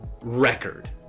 record